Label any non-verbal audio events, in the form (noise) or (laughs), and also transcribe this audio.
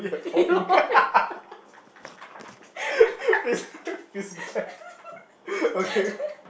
(laughs)